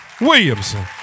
Williamson